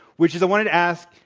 which is, i wanted to ask,